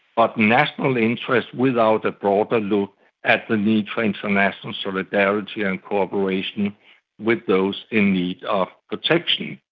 but national interest without a broader look at the need for international solidarity and cooperation with those in need of protection.